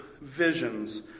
visions